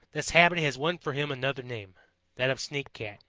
this habit has won for him another name that of sneak cat.